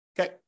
Okay